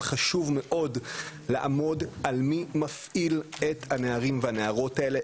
אבל חשוב מאוד לעמוד על מי מפעיל את הנערים והנערות האלה?